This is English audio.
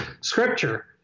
scripture